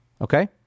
Okay